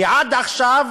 כי עד עכשיו